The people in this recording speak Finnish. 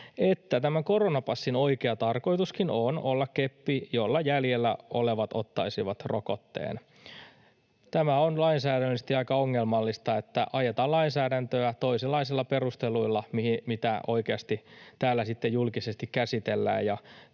että tämän koronapassin oikea tarkoitus onkin olla keppi, jolla jäljellä olevat ottaisivat rokotteen. Tämä on lainsäädännöllisesti aika ongelmallista, että ajetaan lainsäädäntöä toisenlaisilla perusteluilla kuin niillä, mitä oikeasti täällä julkisesti käsitellään